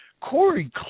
Corey